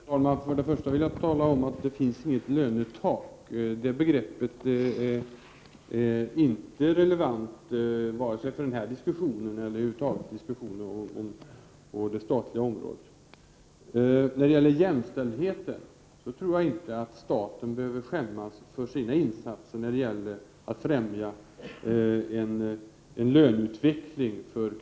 Herr talman! Först och främst vill jag tala om att det inte finns något ”lönetak”. Det begreppet är inte relevant, vare sig för den här diskussionen eller för någon diskussion på det statliga området över huvud taget. Vad gäller jämställdheten tror jag inte att staten behöver skämmas för sina insatser när det gäller att främja kvinnornas löneutveckling.